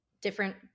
different